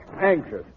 anxious